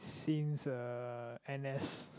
since uh n_s